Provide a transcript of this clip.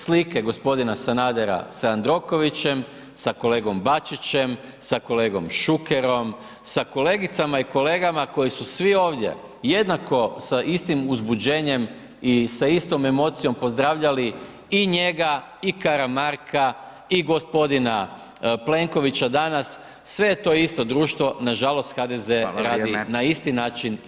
Slike g. Sanadera sa Jandrokovićem, sa kolegom Bačićem, sa kolegom Šukerom, sa kolegicama i kolegama koji su svi ovdje, jednako sa istim uzbuđenjem i sa istom emocijom pozdravljali i njega i Karamarka i g. Plenkovića danas, sve je to isto društvo, nažalost HDZ [[Upadica: Hvala, vrijeme.]] radi na isti način i